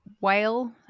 whale